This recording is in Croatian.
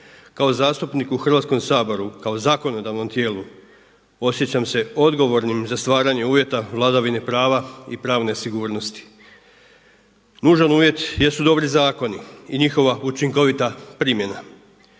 Kao zastupnik u Hrvatskom saboru, kao zakonodavnom tijelu osjećam se odgovornim za stvaranje uvjeta vladavine prava i pravne sigurnosti. Nužan uvjet jesu dobri zakoni i njihova učinkovita primjena.